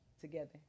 together